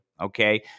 Okay